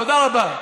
תודה רבה.